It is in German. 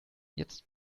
jetzt